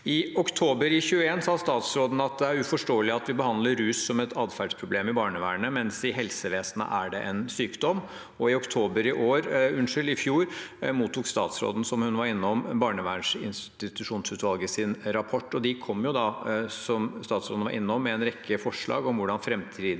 I oktober 2021 sa statsråden at det er uforståelig at vi behandler rus som et adferdsproblem i barnevernet, mens i helsevesenet er det en sykdom. I oktober i fjor mottok statsråden, som hun var inne på, barnevernsinstitusjonsutvalgets rapport. Som statsråden sa, kom de med en rekke forslag om hvordan framtidens